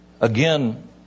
Again